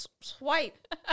swipe